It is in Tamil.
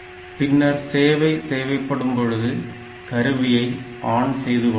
பின்னர் சேவை தேவைப்படும் பொழுது கருவியை ஆன் செய்து கொள்ளலாம்